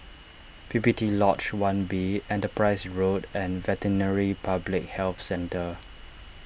P P T Lodge one B Enterprise Road and Veterinary Public Health Centre